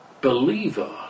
believer